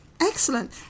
excellent